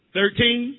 Thirteen